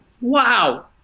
wow